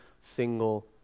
single